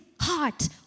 heart